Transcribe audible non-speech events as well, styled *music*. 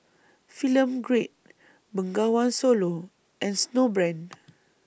Film Grade Bengawan Solo and Snowbrand *noise*